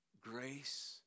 grace